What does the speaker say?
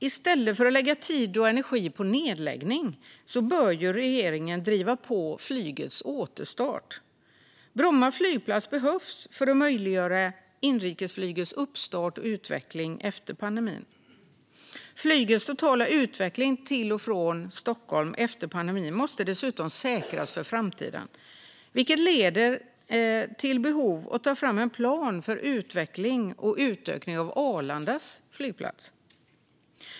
I stället för att lägga tid och energi på nedläggning bör regeringen driva på flygets återstart. Bromma flygplats behövs för att möjliggöra inrikesflygets uppstart och utveckling efter pandemin. Flygets totala utveckling till och från Stockholm efter pandemin måste dessutom säkras för framtiden, vilket leder till behov av att ta fram en plan för utveckling och utökning av Arlanda flygplats.